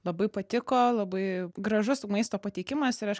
labai patiko labai gražus maisto pateikimas ir aš